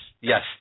Yes